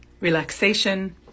relaxation